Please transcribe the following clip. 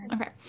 Okay